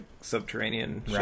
subterranean